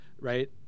right